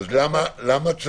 אם היינו במדינה